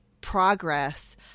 progress